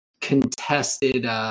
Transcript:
contested